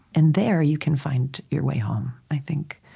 and there, you can find your way home, i think,